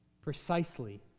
Precisely